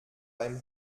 beim